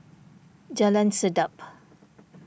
Jalan Sedap